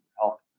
help